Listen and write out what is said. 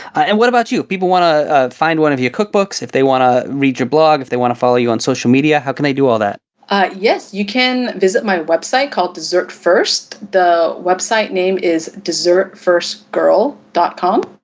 and what about you, people want to find one of your cookbooks, if they want to read your blogs, if they want to follow you on social media, how can i do all that? anita yes, you can visit my website called dessert first. the website name is dessertfirstgirl com.